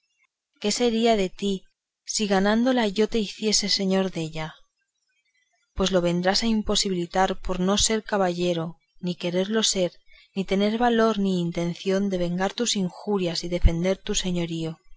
qué sería de ti si ganándola yo te hiciese señor della pues lo vendrás a imposibilitar por no ser caballero ni quererlo ser ni tener valor ni intención de vengar tus injurias y defender tu señorío